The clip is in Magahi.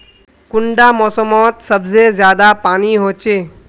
कुंडा मोसमोत सबसे ज्यादा पानी होचे?